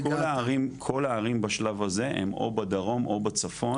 כל הערים בשלב הזה הם או בדרום או בצפון.